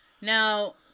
now